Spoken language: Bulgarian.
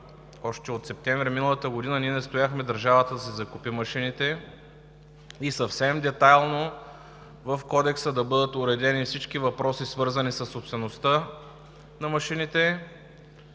месец септември 2018 г. ние настояхме държавата да си закупи машините и съвсем детайлно в Кодекса да бъдат уредени всички въпроси, свързани със собствеността на машините,